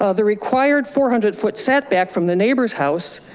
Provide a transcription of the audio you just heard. ah the required four hundred foot setback from the neighbor's house.